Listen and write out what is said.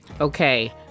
Okay